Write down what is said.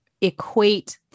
equate